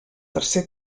tercer